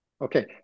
Okay